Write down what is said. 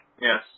Yes